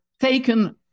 taken